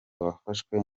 wafashwe